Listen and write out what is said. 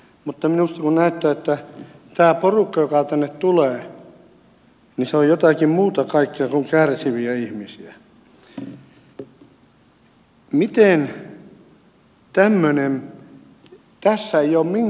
mutta minusta näyttää että tämä porukka joka tänne tulee on jotakin kaikkea muuta kuin kärsiviä ihmisiä